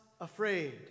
afraid